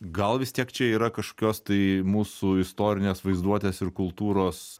gal vis tiek čia yra kažkokios tai mūsų istorinės vaizduotės ir kultūros